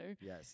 yes